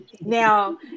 now